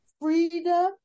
freedom